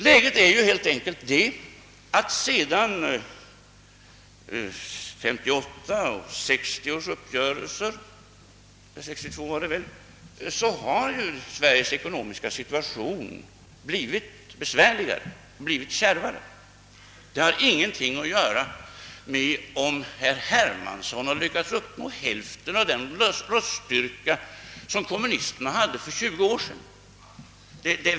Läget är ju helt enkelt det att Sveriges ekonomiska situation sedan 1958 och 1962 års uppgörelser blivit kärvare. Det har ingenting att göra med att herr Hermansson lyckats uppnå hälften av den röststyrka som kommunisterna hade för 20 år sedan.